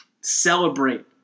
celebrate